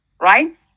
right